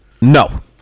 No